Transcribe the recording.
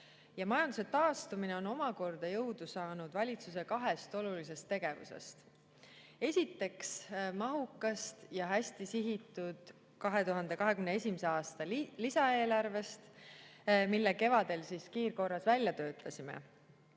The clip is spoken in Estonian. majanduse taastumine on omakorda jõudu saanud valitsuse kahest olulisest tegevusest. Esiteks, mahukast ja hästi sihitud 2021. aasta lisaeelarvest, mille kevadel kiirkorras välja töötasime,